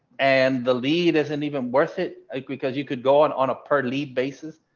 and the lead isn't even worth it like because you could go on on a per lead basis.